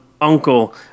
uncle